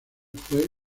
fue